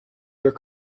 their